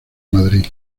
madrid